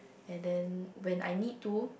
and then when I need to